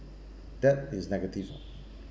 that is negative ah